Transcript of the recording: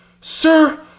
sir